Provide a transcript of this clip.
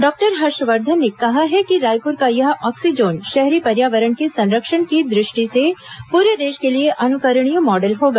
doctor Harshvardhan ने कहा है कि रायपुर का यह ऑक्सीजोन शहरी पर्यावरण के संरक्षण की दृष्टि से पूरे देश के लिए अनुकरणीय मॉडल होगा